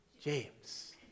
James